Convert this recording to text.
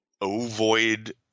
ovoid